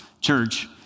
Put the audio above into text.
church